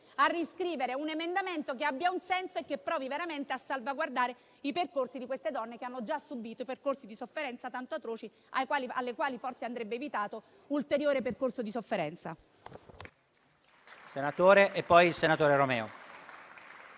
a riscrivere un emendamento che abbia un senso e che provi veramente a salvaguardare i percorsi di donne che hanno già subito delle sofferenze tanto atroci e alle quali forse andrebbe evitato un ulteriore percorso di sofferenza.